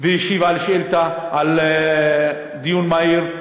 והשיב על שאילתה בדיון מהיר,